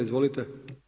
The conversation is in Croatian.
Izvolite.